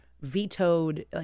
vetoed